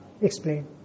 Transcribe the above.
explain